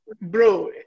Bro